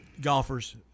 golfers